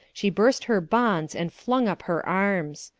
she burst her bonds and flung up her arms.